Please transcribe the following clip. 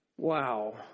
Wow